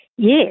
Yes